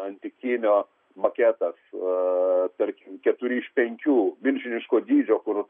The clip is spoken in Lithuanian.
antikinio maketas keturi iš penkių milžiniško dydžio kur